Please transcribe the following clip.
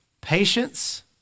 patience